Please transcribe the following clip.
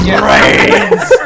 brains